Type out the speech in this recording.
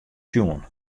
sjoen